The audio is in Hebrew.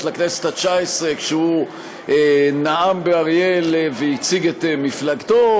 לכנסת התשע-עשרה כשהוא נאם באריאל והציג את מפלגתו,